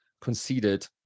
conceded